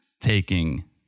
taking